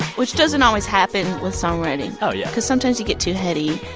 which doesn't always happen with songwriting. oh, yeah. because sometimes you get too heady.